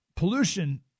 Pollution